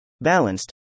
Balanced